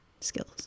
skills